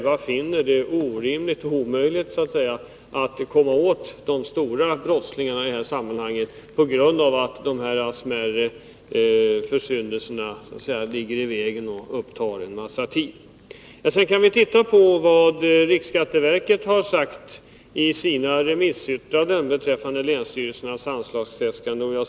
De finner det omöjligt att komma åt de stora brottslingarna i sammanhanget på grund av att de smärre försyndelserna så att säga ligger i vägen och upptar en massa tid. Sedan kan vi titta på vad riksskatteverket har sagt i sina remissyttranden beträffande länsstyrelsernas anslagsäskanden.